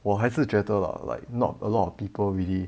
我还是觉得 lah like not a lot of people really